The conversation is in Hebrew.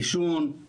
עישון,